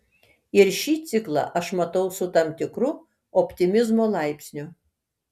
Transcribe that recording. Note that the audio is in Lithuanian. ir šį ciklą aš matau su tam tikru optimizmo laipsniu